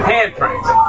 Handprints